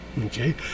Okay